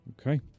Okay